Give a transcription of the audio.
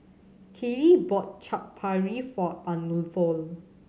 Kaley bought Chaat Papri for Arnulfo